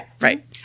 Right